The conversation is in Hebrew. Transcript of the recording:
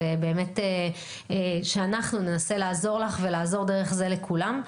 ובאמת שאנחנו ננסה לעזור לך ולעזור דרך זה לכולם.